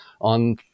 on